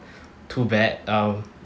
too bad um